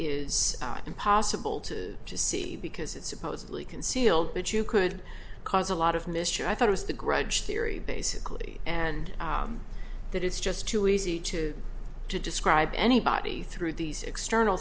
is impossible to to see because it's supposedly concealed that you could cause a lot of mischief i thought was the grudge theory basically and that it's just too easy to to describe anybody through these external